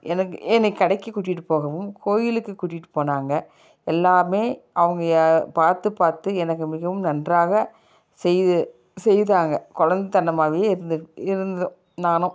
எனக்கு என்னை கடைக்கு கூட்டிகிட்டு போகவும் கோயிலுக்கு கூட்டிகிட்டு போனாங்க எல்லாமே அவங்க எ பார்த்துப் பார்த்து எனக்கு மிகவும் நன்றாக செய்து செய்தாங்க கொழந்தனமாவே இருந்தது இருந்தேன் நானும்